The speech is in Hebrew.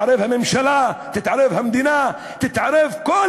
תתערב הממשלה,